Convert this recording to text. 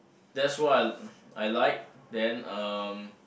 just what I like then um